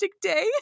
day